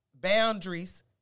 boundaries